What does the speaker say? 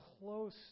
close